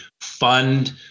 fund